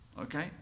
Okay